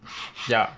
ya